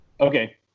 Okay